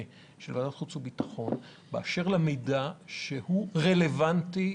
של ועדת החוץ והביטחון באשר למידע שהוא רלוונטי,